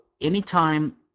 anytime –